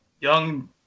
young